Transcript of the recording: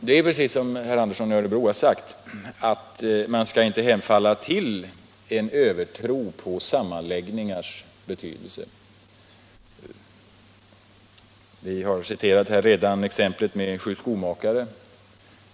Det är alldeles riktigt som herr Andersson i Örebro har sagt, att man inte skall hemfalla åt en övertro på sammanläggningars betydelse. Här har redan citerats exemplet med Sju Skomakare.